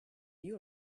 you